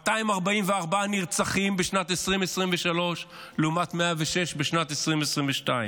244 נרצחים בשנת 2023 לעומת 106 בשנת 2022,